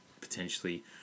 potentially